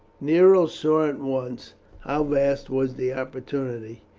nero saw at once how vast was the opportunity.